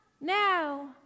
now